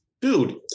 dude